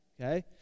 Okay